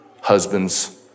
husbands